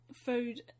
food